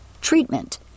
Treatment